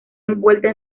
envuelta